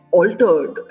altered